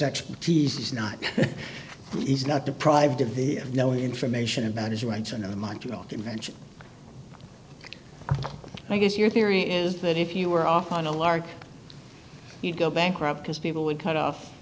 expertise is not is not deprived of the no information about his rights and the montreal convention i guess your theory is that if you were off on a lark you'd go bankrupt because people would cut off